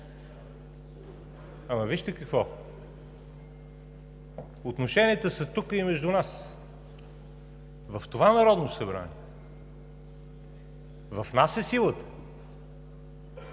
Вижте какво, отношенията са тук и между нас, в това Народно събрание – в нас е силата!